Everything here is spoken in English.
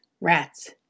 Rats